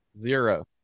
Zero